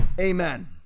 Amen